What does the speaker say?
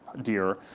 dear.